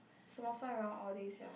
some more fly around all day sia